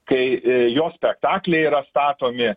kai jo spektakliai yra statomi